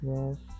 Yes